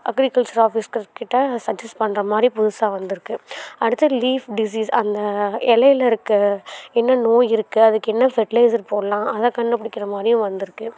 agricultural officers கிட்டே suggest பண்ணுற மாதிரி புதுசாக வந்திருக்கு அடுத்து லீஃப் டிசீஸ் அந்த இலையில இருக்க என்ன நோய் இருக்குது அதுக்கு என்ன ஃபெட்லைஸர் போடலாம் அதை கண்டுபிடிக்கிற மாதிரியும் வந்திருக்கு